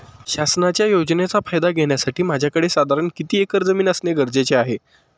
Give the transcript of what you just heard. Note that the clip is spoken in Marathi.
शासनाच्या योजनेचा फायदा घेण्यासाठी माझ्याकडे साधारण किती एकर जमीन असणे गरजेचे आहे?